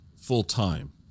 full-time